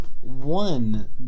one